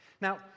Now